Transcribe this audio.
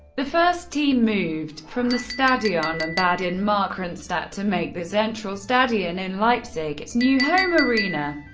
the first team moved from the stadion am bad in markranstadt, to make the zentralstadion in leipzig its new home arena.